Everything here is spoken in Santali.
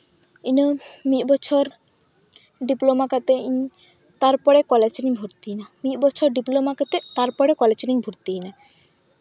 ᱤᱱᱟᱹ ᱢᱤᱫ ᱵᱚᱪᱷᱚᱨ ᱰᱤᱯᱞᱳᱢᱟ ᱠᱟᱛᱮ ᱤᱧ ᱛᱟᱨᱯᱚᱨᱮ ᱠᱚᱞᱮᱡᱽ ᱨᱤᱧ ᱵᱷᱩᱨᱛᱤᱭᱮᱱᱟ ᱢᱤᱫ ᱵᱚᱪᱷᱚᱨ ᱰᱤᱯᱞᱳᱢᱟ ᱠᱟᱛᱮ ᱛᱟᱨᱯᱚᱨᱮ ᱠᱚᱞᱮᱡᱽ ᱨᱤᱧ ᱵᱷᱩᱨᱛᱤᱭᱮᱱᱟ